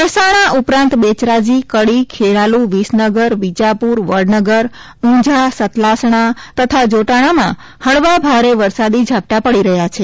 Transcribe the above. મહેસાણા ઉપરાંત બેચરાજી કડી ખેરાલુ વિસનગર વિજાપુર વડનગર ઊંઝા સતલાસણા તથા જોટાણામાં હળવા ભારે વરસાદી ઝાપટાં પડી રહ્યાં છે